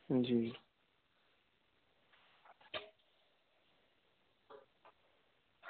जी